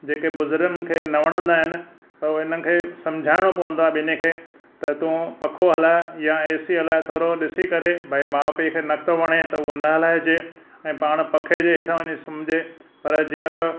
जेके बुज़ुर्गनि खे न वणंदा आहिनि त उहो हिननि खे सम्झाइणो पवंदो आहे ॿिन्ही खे त तूं पंखो हलाए या ए सी हलाए थोरो ॾिसी करे भाई माउ पीउ खे नथो वणे त उहो न हलाइजे ऐं पाण पंखे जे हेठां वञी सुम्हिजे पर जीअं त